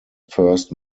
first